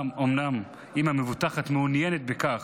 אך אם המבוטחת מעוניינת בכך,